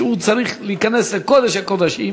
כשהוא צריך להיכנס לקודש הקודשים,